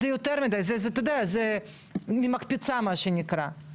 זה יותר מידי, זה אתה יודע, זה ממקפצה מה שנקרא.